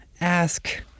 Ask